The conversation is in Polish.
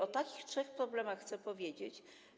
O takich trzech problemach chcę powiedzieć.